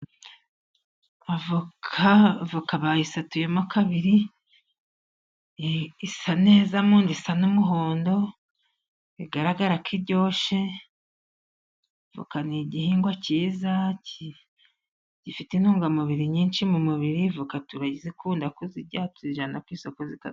Avoka bayisatuyemo kabiri isa neza, munda isa n'umuhondo bigaragara ko iryoshye, kandi ni igihingwa cyiza gifite intungamubiri nyinshi mu mubiri. Avoka turazikunda kuzirya tuzijyana no ku isoko.